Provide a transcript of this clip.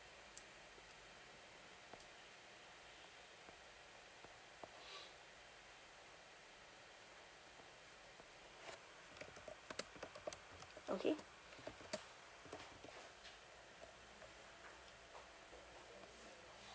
okay